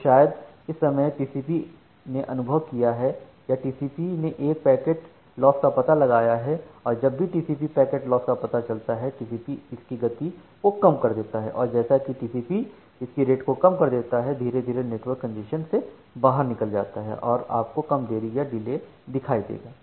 तो शायद इस समय टीसीपीने अनुभव किया है या टीसीपीने एक पैकेट लॉस का पता लगाया है और जब भी टीसीपीको पैकेट लॉस का पता चलता है टीसीपीइसकी गति को कम कर देता है और जैसा कि टीसीपीइसकी रेट को कम कर देता है धीरे धीरे नेटवर्क कंजेशन से बाहर निकल जाता है और आपको कम देरी या डिले दिखाई देगा